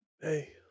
Hey